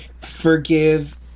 forgive